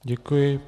Děkuji.